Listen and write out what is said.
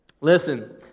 Listen